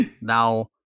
Now